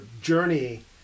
journey